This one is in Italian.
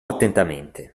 attentamente